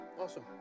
awesome